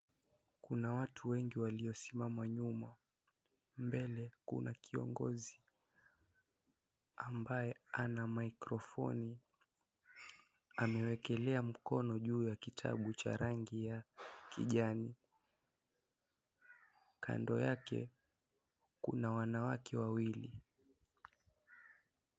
Kuna watu wengi waliosimama nyuma. Mbele kuna kiongozi ambaye ana maikrofoni. Amewekelea mkono juu ya kitabu cha rangi ya kijani. Kando yake kuna wanawake wawili.